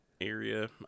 area